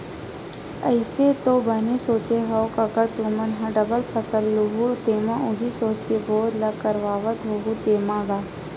अइसे ऐ तो बने सोचे हँव कका तुमन ह डबल फसल लुहूँ तेमा उही सोच के बोर ल करवात होहू तेंमा गा?